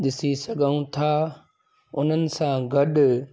ॾिसी सघूं था उन्हनि सां गॾु